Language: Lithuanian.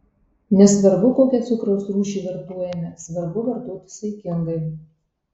nesvarbu kokią cukraus rūšį vartojame svarbu vartoti saikingai